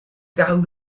gao